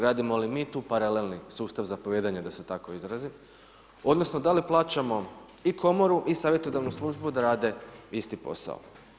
Radimo li mi tu paralelni sustav zapovijedanja da se tako izrazim odnosno da li plaćamo i komoru i savjetodavnu službu da rade isti posao?